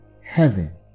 heaven